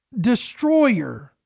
destroyer